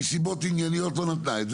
מסיבות ענייניות לא נתנה את זה,